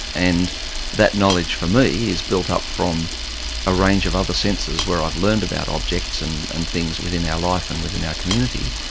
and that knowledge for me is built up from a range of other senses, where i've learned about objects and and things within our life and within our community.